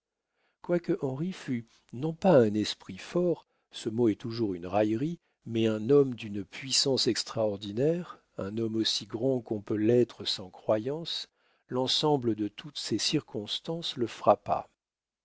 quoique henri fût non pas un esprit fort ce mot est toujours une raillerie mais un homme d'une puissance extraordinaire un homme aussi grand qu'on peut l'être sans croyance l'ensemble de toutes ces circonstances le